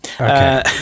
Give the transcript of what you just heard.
Okay